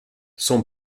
son